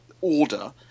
order